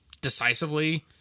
decisively